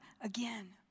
again